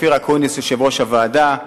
כמובן, אופיר אקוניס, יושב-ראש הוועדה,